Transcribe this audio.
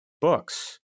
books